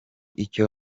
icyo